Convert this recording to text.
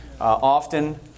Often